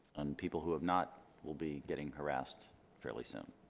and people who have not will be getting harassed fairly soon.